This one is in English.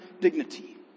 dignity